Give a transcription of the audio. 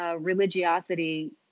religiosity